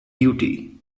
duty